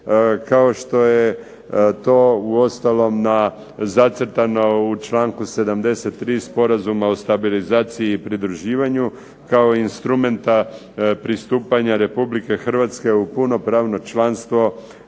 kao što je to uostalom na zacrtano u članku 73. Sporazuma o stabilizaciji i pridruživanju, kao instrumenta pristupanja Republike Hrvatske u punopravno članstvo